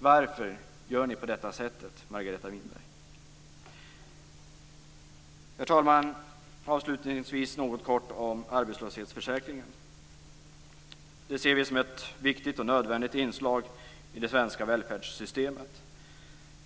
Varför gör ni på detta sätt, Margareta Winberg? Herr talman! Avslutningsvis skall jag något kort säga något om arbetslöshetsförsäkringen. Vi kristdemokrater ser den som ett viktigt och nödvändigt inslag i det svenska välfärdssystemet.